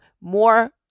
more